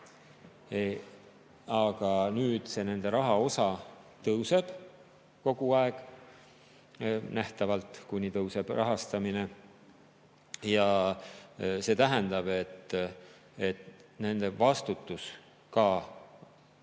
aga nüüd nende raha osa tõuseb kogu aeg nähtavalt, kuni tõuseb rahastamine. Ja see tähendab, et nende vastutus selle